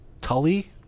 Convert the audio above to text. Tully